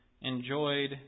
enjoyed